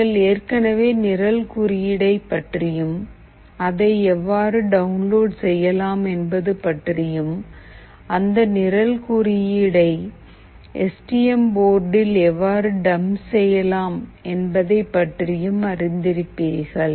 நீங்கள் ஏற்கனவே நிரல் குறியீடை பற்றியும் அதை எவ்வாறு டவுன்லோட் செய்யலாம் என்பது பற்றியும் அந்த நிரல் குறியீடு ஐ எஸ் டி எம் போர்டில் எவ்வாறு டம்ப் செய்யலாம் என்பதைப் பற்றியும் அறிந்திருப்பீர்கள்